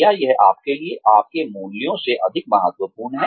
क्या यह आपके लिए आपके मूल्यों से अधिक महत्वपूर्ण है